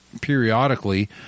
periodically